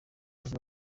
nibwo